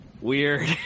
weird